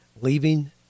leaving